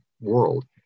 world